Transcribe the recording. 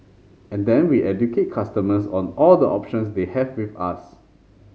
and then we educate customers on all the options they have with us